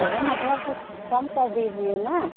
अरे मतलब कुछ कम कर दीजिए न